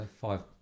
five